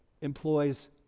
employs